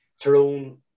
Tyrone